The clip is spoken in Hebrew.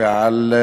לגבי